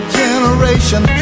generation